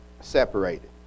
separated